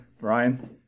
Ryan